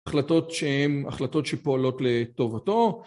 החלטות שהן החלטות שפועלות לטובתו